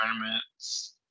tournaments